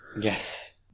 Yes